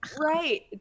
Right